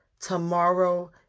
Tomorrow